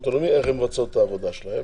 הלאומי איך הן מבצעות את העבודה שלהן